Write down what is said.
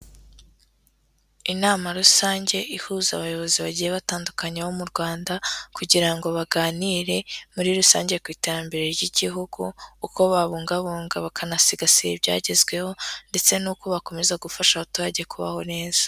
Inama rusange ihuza abayobozi bagiye batandukanye bo mu Rwanda, kugira ngo baganire muri rusange ku iterambere ry'igihugu, uko babungabunga bakanasigasira ibyagezweho ndetse n'uko bakomeza gufasha abaturage kubaho neza.